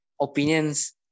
opinions